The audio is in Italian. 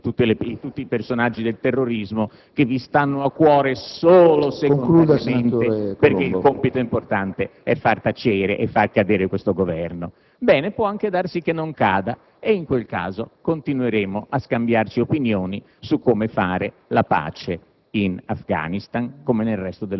Romano Prodi, che volete abbattere in tutti i modi, trascurando completamente il Mullah Omar e tutti i personaggi del terrorismo, che vi stanno a cuore solo secondariamente, perché il compito più importante è quello di far tacere e di far cadere l'attuale Governo. Bene, può anche darsi che esso non cada: